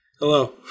Hello